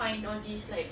find all these like